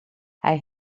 hij